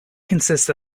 consists